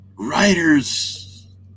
Writers